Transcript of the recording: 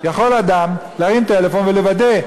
יכול אדם להרים טלפון ולוודא,